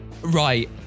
Right